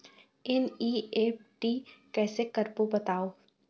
NEFT कैसे करबो बताव?